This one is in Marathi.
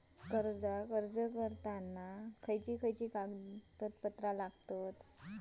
कर्जाक अर्ज करताना काय काय कागद लागतत?